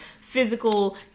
physical